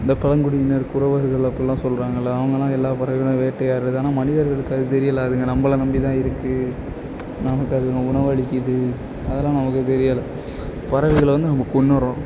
இந்த பழங்குடியினர் குறவர்கள் அப்படிலாம் சொல்லுறாங்கல்ல அவங்கெல்லாம் எல்லா பறவைகளையும் வேட்டையாடறது ஆனால் மனிதர்களுக்கு அது தெரியலை அதுங்க நம்மளை நம்பி தான் இருக்குது நமக்கு அது உணவளிக்குது அதெல்லாம் நமக்கு தெரியலை பறவைகளை வந்து நம்ம கொன்றுறோம்